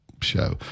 show